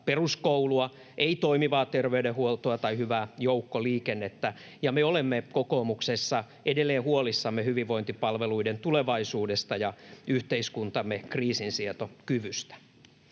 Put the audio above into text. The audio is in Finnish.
peruskoulua, ei toimivaa terveydenhuoltoa tai hyvää joukkoliikennettä. Ja me olemme kokoomuksessa edelleen huolissamme hyvinvointipalveluiden tulevaisuudesta ja yhteiskuntamme kriisinsietokyvystä.